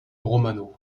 romano